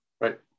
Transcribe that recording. right